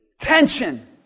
tension